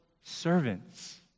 servants